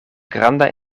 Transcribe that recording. granda